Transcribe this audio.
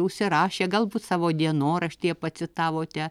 užsirašę galbūt savo dienoraštyje pacitavote